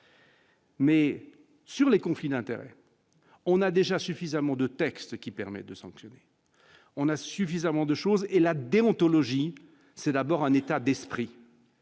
Mais sur les conflits d'intérêts, on a déjà suffisamment de textes qui permet de sanctionner, on a suffisamment de choses et la déontologie, c'est d'abord un état d'esprit.